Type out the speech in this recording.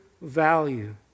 value